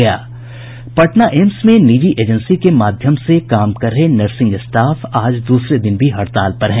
Patna AIIMS में निजी agency के माध्यम से काम कर रहे नर्सिंग स्टाफ आज दूसरे दिन भी हड़ताल पर हैं